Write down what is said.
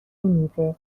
میوه